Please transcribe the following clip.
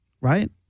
Right